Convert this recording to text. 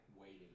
Waiting